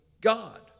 God